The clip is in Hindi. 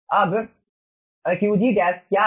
अब Qg क्या है